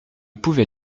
pouvait